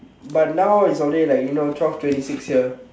but now is already like you know twelve twenty six here